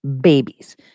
Babies